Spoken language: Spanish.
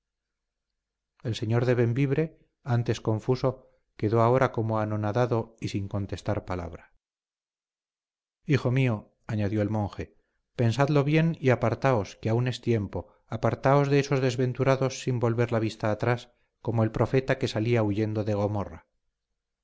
el señor de bembibre antes confuso quedó ahora como anonadado y sin contestar palabra hijo mío añadió el monje pensadlo bien y apartaos que aún es tiempo apartaos de esos desventurados sin volver la vista atrás como el profeta que salía huyendo de